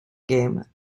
game